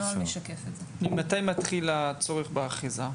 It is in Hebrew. מתי מתחיל הצורך באחיזה?